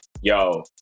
Yo